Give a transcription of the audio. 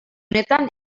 unetan